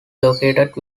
located